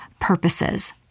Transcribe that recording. purposes